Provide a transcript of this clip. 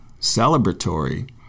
celebratory